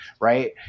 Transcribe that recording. right